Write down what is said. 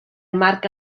marc